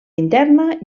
interna